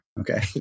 Okay